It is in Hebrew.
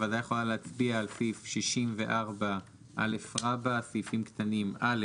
הוועדה יכולה להצביע על סעיף 64א סעיפים קטנים (א)